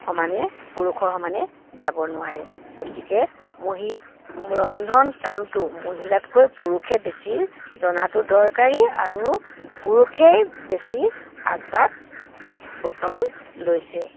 সমানে পুৰুষৰ সমানে যাব নোৱাৰে গতিকে মহি ৰন্ধন কামটো মহিলাতকৈ পুৰুষে বেছি জনাতো দৰকাৰী আৰু পুৰুষেই বেছি আগভাগ বৰ্তমান লৈছে